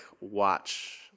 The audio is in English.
watch